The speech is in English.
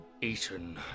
Eaten